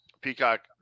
Peacock